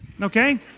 Okay